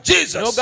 Jesus